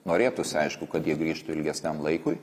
norėtųsi aišku kad jie grįžtų ilgesniam laikui